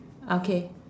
okay